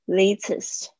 latest